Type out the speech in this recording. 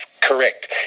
correct